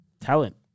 talent